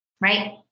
right